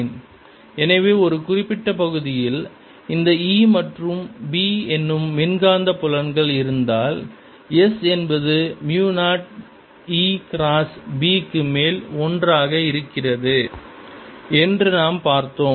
Lrp எனவே ஒரு குறிப்பிட்ட பகுதியில் இந்த E மற்றும் B என்னும் மின்காந்தப் புலன்கள் இருந்தால் S என்பது மியூ 0 E கிராஸ் B க்கு மேல் 1 ஆக இருக்கிறது என்று நாம் பார்த்தோம்